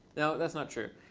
no, that's not true.